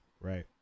right